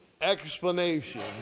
explanation